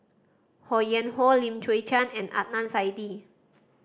Ho Yuen Hoe Lim Chwee Chian and Adnan Saidi